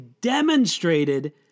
demonstrated